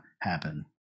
happen